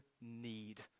need